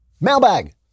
Mailbag